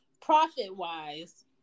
profit-wise